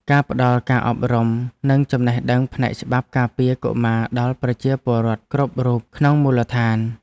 ការផ្តល់ការអប់រំនិងចំណេះដឹងផ្នែកច្បាប់ការពារកុមារដល់ប្រជាពលរដ្ឋគ្រប់រូបក្នុងមូលដ្ឋាន។